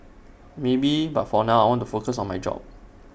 maybe but for now I want to focus on my job